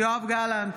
יואב גלנט,